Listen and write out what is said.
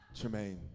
Jermaine